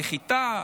נחיתה,